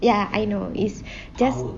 ya I know it's just